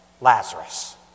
Lazarus